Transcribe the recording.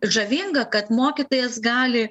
žavinga kad mokytojas gali